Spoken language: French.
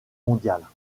mondiales